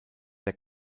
der